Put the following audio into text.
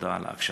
תודה על ההקשבה.